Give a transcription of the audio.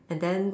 and then